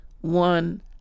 one